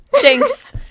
Jinx